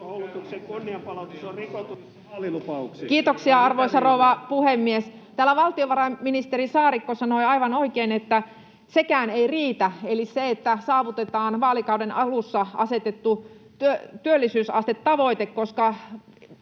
Kiitoksia, arvoisa rouva puhemies! Täällä valtiovarainministeri Saarikko sanoi aivan oikein, että sekään ei riitä, että saavutetaan vaalikauden alussa asetettu työllisyysastetavoite, koska